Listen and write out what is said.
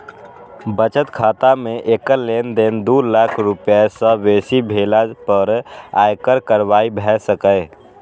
बचत खाता मे एकल लेनदेन दू लाख रुपैया सं बेसी भेला पर आयकर कार्रवाई भए सकैए